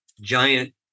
giant